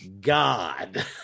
God